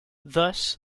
thus